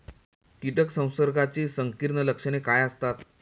कीटक संसर्गाची संकीर्ण लक्षणे काय असतात?